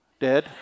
Dead